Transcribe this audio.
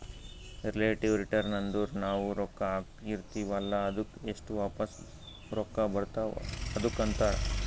relative return ಅಂದುರ್ ನಾವು ರೊಕ್ಕಾ ಹಾಕಿರ್ತಿವ ಅಲ್ಲಾ ಅದ್ದುಕ್ ಎಸ್ಟ್ ವಾಪಸ್ ರೊಕ್ಕಾ ಬರ್ತಾವ್ ಅದುಕ್ಕ ಅಂತಾರ್